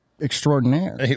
extraordinaire